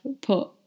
put